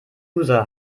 user